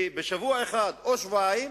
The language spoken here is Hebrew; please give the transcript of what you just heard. ובשבוע אחד או שבועיים